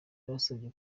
yabasabye